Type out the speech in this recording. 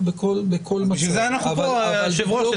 הענישה והשפיטה במדינת ישראל,